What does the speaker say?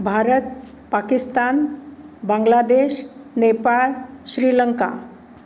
Bharat Pakistan Bangladesh Nepal Sri Lanka